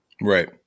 right